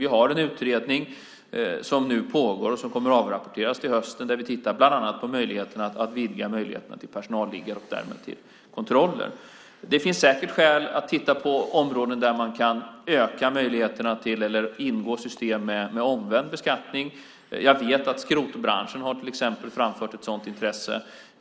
Vi har en utredning som nu pågår och som kommer att avrapporteras till hösten, där vi tittar bland annat på möjligheten att vidga möjligheterna till personalliggare och därmed till kontroller. Det finns säkert skäl att titta på områden där man kan öka möjligheterna att ingå i system med omvänd beskattning. Jag vet att skrotbranschen till exempel har framfört ett sådant intresse.